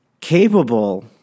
capable